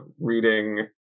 reading